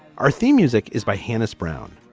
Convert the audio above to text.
our theme music is by hannah brown.